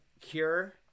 cure